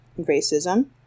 racism